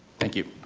thank you.